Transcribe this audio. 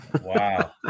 wow